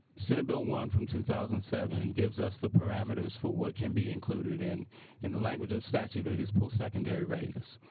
senate bill one from two thousand and seven gives us the parameters for what can be included in in the language of statute is post-secondary readiness